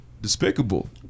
Despicable